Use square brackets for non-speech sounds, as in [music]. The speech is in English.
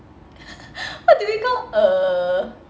[laughs] what do we call uh